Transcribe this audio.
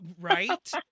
Right